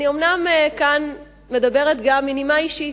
אני אומנם מדברת גם מנימה אישית,